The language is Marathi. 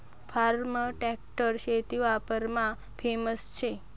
फार्म ट्रॅक्टर शेती वापरमा फेमस शे